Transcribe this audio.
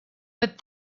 but